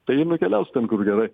tai nukeliaus ten kur gerai